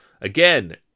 Again